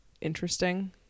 interesting